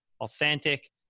authentic